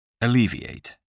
Alleviate